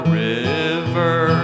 river